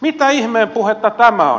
mitä ihmeen puhetta tämä on